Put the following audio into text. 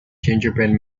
gingerbread